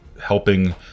helping